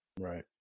Right